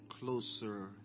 closer